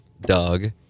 Doug